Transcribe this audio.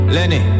Lenny